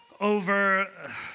over